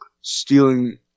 Stealing